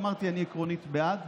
אמרתי: אני עקרונית בעד,